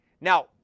Now